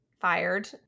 fired